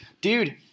Dude